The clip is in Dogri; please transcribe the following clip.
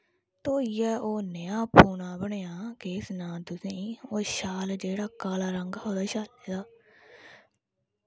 धोईयै ओह् नेहा पूनां बनेआ केह् सनांऽ तुसें ओह् शाल जेह्ड़ा काला रंग हा ओह्दा शाले दा